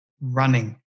running